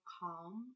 calm